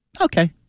Okay